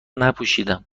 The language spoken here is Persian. نپوشیدم